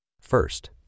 First